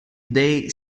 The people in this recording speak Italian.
dei